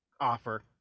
offer